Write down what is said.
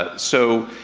ah so,